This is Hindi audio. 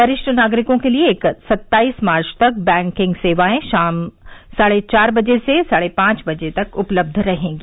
वरिष्ठ नागरिकों के लिए सत्ताईस मार्च तक बैंकिंग सेवाएं शाम साढे चार बजे से साढे पांच बजे तक उपलब्ध रहेंगी